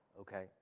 okay